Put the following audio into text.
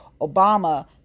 Obama